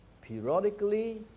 periodically